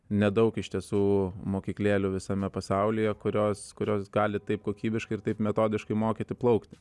nedaug iš tiesų mokyklėlių visame pasaulyje kurios kurios gali taip kokybiškai ir taip metodiškai mokyti plaukti